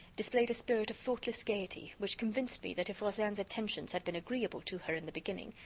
displayed a spirit of thoughtless gayety which convinced me that if rozaine's attentions had been agreeable to her in the beginning,